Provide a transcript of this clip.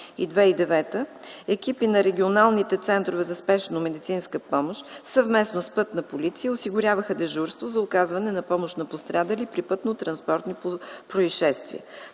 и 2009 г., екипи на регионалните центрове за спешна медицинска помощ, съвместно с Пътна полиция, осигуряваха дежурство за оказване на помощ на пострадали при пътнотранспортни произшествия.